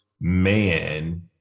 man